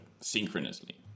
synchronously